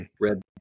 red